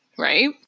Right